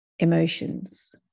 emotions